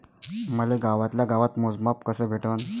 मले गावातल्या गावात मोजमाप कस भेटन?